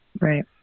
Right